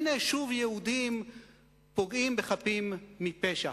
הנה שוב יהודים פוגעים בחפים מפשע.